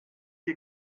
die